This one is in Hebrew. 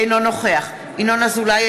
אינו נוכח ינון אזולאי,